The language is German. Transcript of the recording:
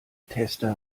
tester